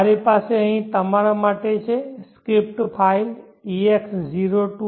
મારી પાસે અહીં તમારા માટે છે સ્ક્રિપ્ટ ફાઇલ ex02